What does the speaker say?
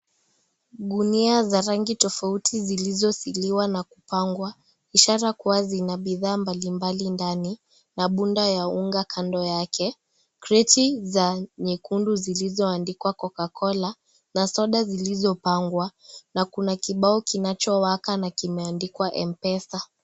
Gunia za rangi tofauti zilizizo siliwana kupangwa ishara kuwa zina bidhaa mbali mbali ndani na bunda ya unga kando yake kreti za nyekundu zilizoandikwa coca-cola na soda zilizo pangwa na kuna kibao kinachowaka na kimeandikwa M-pesa.